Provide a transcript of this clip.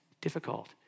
difficult